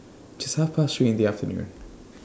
Just Half Past three in The afternoon